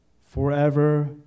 Forever